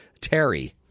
Terry